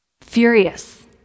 Furious